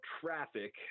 traffic